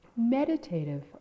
meditative